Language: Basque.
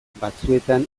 batzuetan